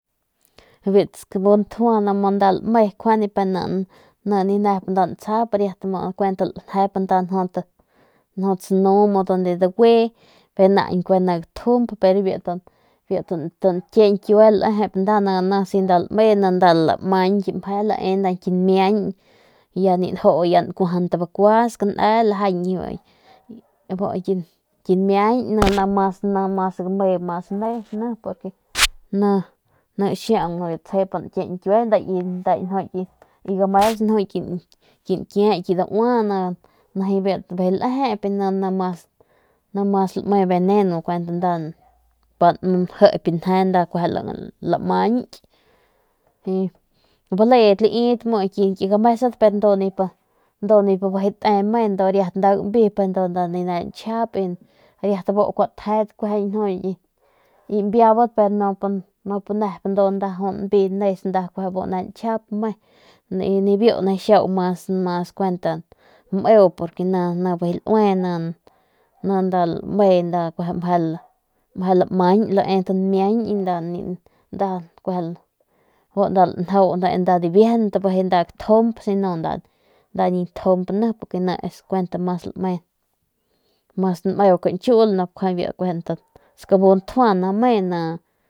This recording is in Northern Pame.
Biu tskamu ntju ni kjuande nda lame ni nda ni nep ntsjap riat nda lanje biu snu biu nda dgui y biu nkie ñkiue lejep ni nda lame nda lamañky lae ndaja ki nmiañ ya ninju skane ya ninju ki nmiañ ni mas meu nda lame ni game mas nes ni xiau biu tsjep nkie nkiue ni nju ki games ki nkie nju ki daua ni bijiy lejep ni mas lame veneno pa njip nje nda lamañki baledat mu laidat gamesat pero ndu nip bijy te ndu nda gambi pero nda ni nep nchap bu kuaju tjet ki mbiabat pero nda nu nbi nes y nibiu nijiy xiau mas kuent meu ni nda lame ni nda lamañ y nda lanjau nda dibiejent bijiy nda gatjump si no nda ni ntjump skamu ntjua.